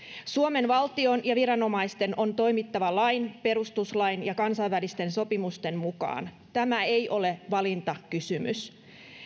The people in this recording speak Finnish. suomen valtion ja viranomaisten on toimittava lain perustuslain ja kansainvälisten sopimusten mukaan tämä ei ole valintakysymys